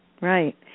right